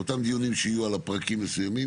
אותם דיונים שיהיו על פרקים מסוימים,